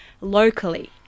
locally